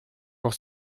pour